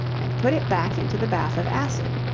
and put it back into the bath of acid.